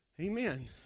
amen